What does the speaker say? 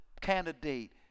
candidate